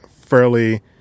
fairly